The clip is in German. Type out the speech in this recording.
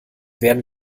werden